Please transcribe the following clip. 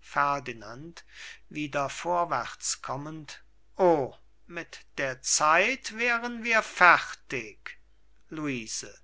ferdinand wieder vorwärts kommend o mit der zeit wären wir fertig luise